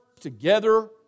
together